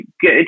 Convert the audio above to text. good